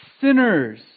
sinners